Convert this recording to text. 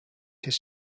his